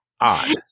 odd